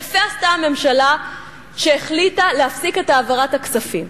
יפה עשתה הממשלה שהחליטה להפסיק את העברת הכספים.